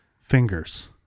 fingers